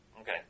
Okay